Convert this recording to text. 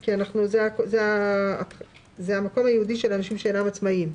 כי זה המקום הייעודי של אנשים שאינם עצמאיים,